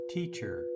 Teacher